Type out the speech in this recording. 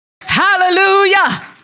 Hallelujah